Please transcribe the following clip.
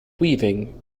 weaving